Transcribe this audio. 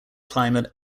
climate